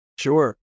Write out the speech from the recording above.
Sure